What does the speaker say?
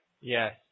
Yes